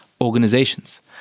organizations